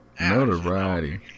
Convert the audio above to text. Notoriety